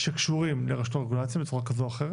שקשורים לרשות הרגולציה, בצורה כזו או אחרת.